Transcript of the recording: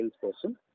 salesperson